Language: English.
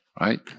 right